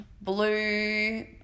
Blue